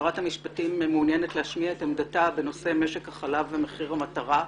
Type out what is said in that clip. ששרת המשפטים מעוניינת להשמיע את עמדתה בנושא משק החלק ומחיר המטרה,